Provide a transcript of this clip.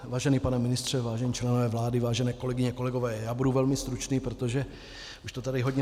Vážený pane ministře, vážení členové vlády, vážené kolegyně, kolegové, budu velmi stručný, protože už to tady hodně zaznělo.